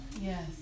Yes